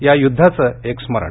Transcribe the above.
या युद्धाचे एक स्मरण